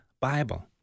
Bible